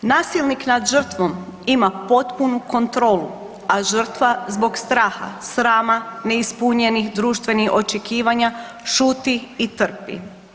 Nasilnik nad žrtvom ima potpunu kontrolu, a žrtva zbog straha, srama, neispunjenih društvenih očekivanja šuti i trpi.